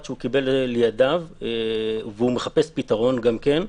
שהוא קיבל לידיו והוא מחפש פתרון גם כן.